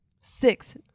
six